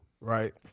right